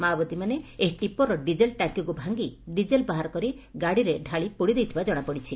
ମାଓବାଦୀମାନେ ଏହି ଟିପରର ଡିଜେଲ ଟାଙ୍କିକୁ ଭାଙ୍ଗି ଡିଜେଲ ବାହାର କରି ଗାଡ଼ିରେ ତାଳି ପୋଡ଼ି ଦେଇଥିବା ଜଶାପଡ଼ିଛି